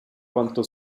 quanto